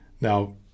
Now